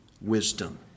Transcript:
wisdom